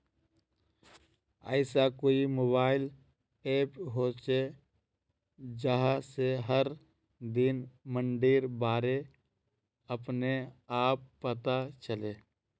ऐसा कोई mobile app होचे जहा से हर दिन मंडीर बारे अपने आप पता चले?